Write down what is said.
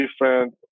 different